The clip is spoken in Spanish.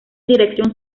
dirección